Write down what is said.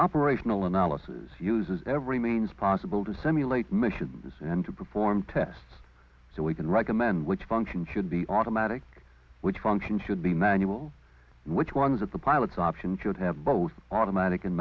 operational analysis uses every means possible to simulate missions and to perform tests so we can recommend which function should be automatic which function should be manual which ones at the pilot's option should have both automatic